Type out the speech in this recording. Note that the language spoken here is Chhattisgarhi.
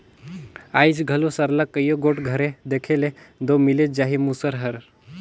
आएज घलो सरलग कइयो गोट घरे देखे ले दो मिलिच जाही मूसर हर